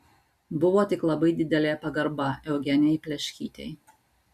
buvo tik labai didelė pagarba eugenijai pleškytei